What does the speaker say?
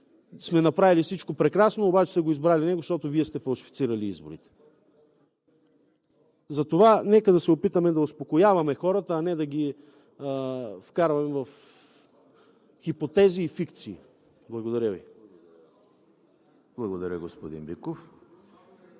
сме направили всичко прекрасно, обаче са го избрали него, защото Вие сте фалшифицирали изборите. Затова нека да се опитаме да успокояваме хората, а не да ги вкарваме в хипотези и фикции. Благодаря Ви. ПРЕДСЕДАТЕЛ ЕМИЛ